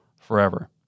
forever